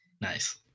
Nice